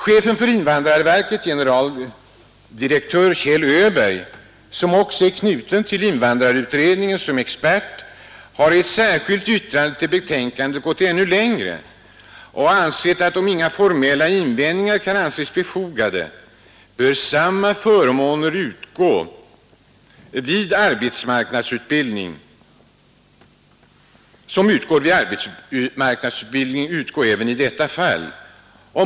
Chefen för invandrarverket, generaldirektör Kjell Öberg — som också är knuten till invandrarutredningen som expert — har i ett särskilt yttrande till betänkandet gått ännu längre och ansett, att om inga formella invändningar kan anses befogade bör samma förmåner som vid arbetsmarknadsutbildning utgå även i detta fall.